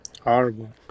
Horrible